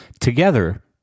Together